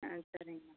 ஆ சரிங்கண்ணா